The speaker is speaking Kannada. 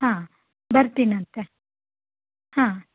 ಹಾಂ ಬರ್ತಿನಂತೆ ಹಾಂ